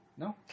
No